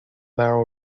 barrel